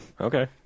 Okay